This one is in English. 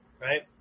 Right